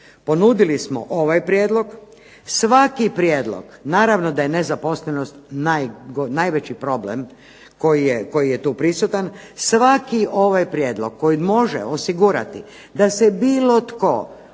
Ponudili smo ovaj prijedlog. Svaki prijedlog naravno da je nezaposlenost najveći problem koji je tu prisutan. Svaki ovaj prijedlog koji može osigurati da se bilo tko